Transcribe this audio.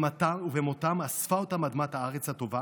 ובמותם אספה אותם אדמת הארץ הטובה